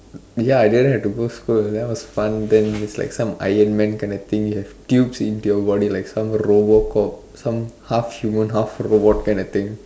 ya I didn't have to go school and then was fun then like some Iron man kinda thing you have tubes into you body like some Robocop some half human half robot kinda thing